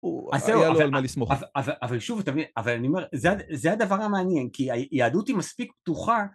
אבל שוב אבל זה הדבר המעניין כי היהדות היא מספיק פתוחה